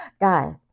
Guys